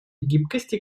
гибкости